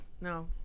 no